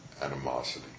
animosity